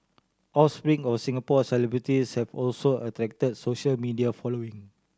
offspring of Singapore celebrities have also attract social media following